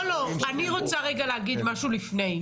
לא, לא, אני רוצה רגע להגיד משהו לפני.